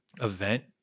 event